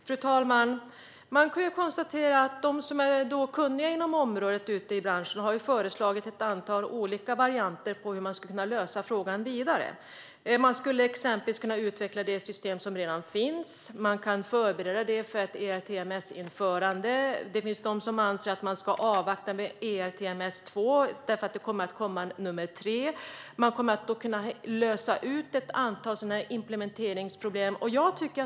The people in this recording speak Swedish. Fru talman! De som är kunniga på området inom branschen har ett antal olika förslag på hur man skulle kunna lösa frågan. Man skulle exempelvis kunna utveckla det system som redan finns. Man kan förbereda det för ett ERTMS-införande. Det finns de som anser att man ska avvakta med ERTMS nivå 2 eftersom det kommer en nivå nr 3. Man kommer då att kunna lösa ett antal implementeringsproblem.